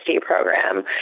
program